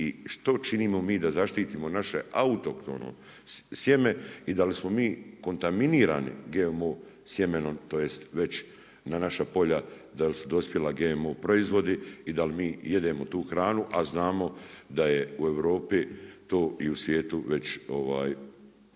i što činimo mi da zaštitimo naše autohtono sjeme i da li smo mi kontaminirani GMO sjemenom, tj. već na naša polja da li su dospjeli GMO proizvodi i da li mi jedemo tu hranu a znamo da je u Europi to i svijetu već